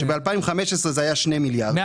שב- 2015 זה היה 2 מיליארד.